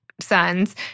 sons